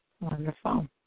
Wonderful